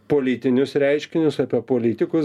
politinius reiškinius apie politikus